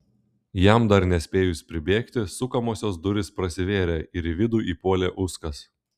jam dar nespėjus pribėgti sukamosios durys prasivėrė ir į vidų įpuolė uskas